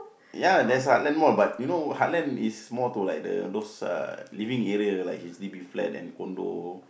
ya there's a Heartland Mall but you know heartland is more to like the those uh living area like H_D_B flat and condo